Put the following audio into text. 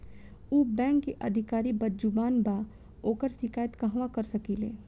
उ बैंक के अधिकारी बद्जुबान बा ओकर शिकायत कहवाँ कर सकी ले